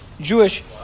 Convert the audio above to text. Jewish